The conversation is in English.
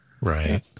right